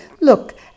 Look